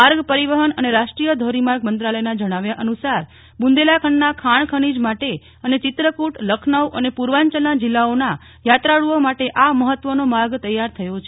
માર્ગ પરિવહન અને રાષ્ટ્રીય ધોરીમાર્ગ મંત્રાલયના જજ્જાવ્યા અનુસાર બુંદેલાખંડના ખાણ ખનીજ માટે અને ચિત્રકૂટલખનઉ અને પૂર્વાંચલના જિલ્લાઓના યાત્રાળુઓ માટે આ મહત્વનો માર્ગ તૈયાર થયો છે